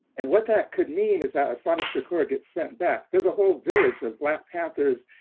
and what that could mean is that assata shakur ah gets sent back, there's a whole village of black panthers,